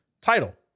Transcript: title